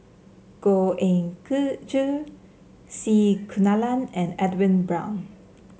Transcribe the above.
Goh Ee Choo C Kunalan and Edwin Brown